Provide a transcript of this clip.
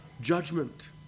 judgment